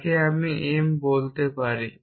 যাকে আমি m বলতে পারি